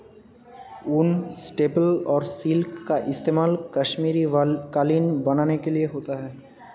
ऊन, स्टेपल और सिल्क का इस्तेमाल कश्मीरी कालीन बनाने के लिए होता है